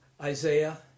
Isaiah